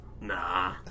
Nah